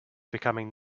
becoming